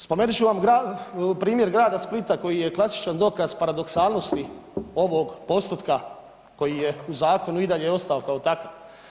Spomenut ću vam primjer Grada Splita koji je klasičan dokaz paradoksalnosti ovog postotka koji je u zakonu i dalje ostao kao takav.